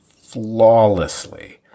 flawlessly